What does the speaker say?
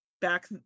back